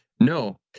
No